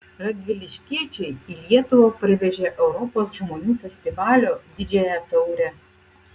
radviliškiečiai į lietuvą parvežė europos žmonių festivalio didžiąją taurę